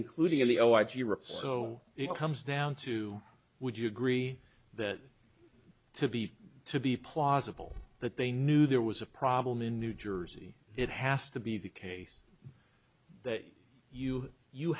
i so it comes down to would you agree that to be to be plausible that they knew there was a problem in new jersey it has to be the case that you you